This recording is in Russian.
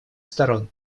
сторон